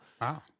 Wow